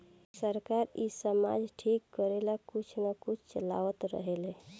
सरकार इ समाज ठीक करेला कुछ न कुछ चलावते रहेले